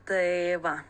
tai va